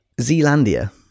Zealandia